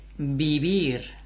vivir